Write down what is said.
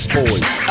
boys